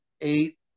eight